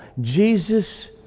Jesus